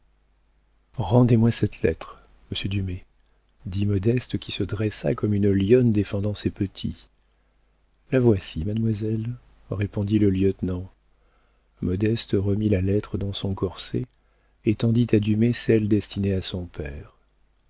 rendez-moi cette lettre monsieur dumay dit modeste qui se dressa comme une lionne défendant ses petits la voici mademoiselle répondit le lieutenant modeste remit la lettre dans son corset et tendit à dumay celle destinée à son père